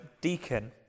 deacon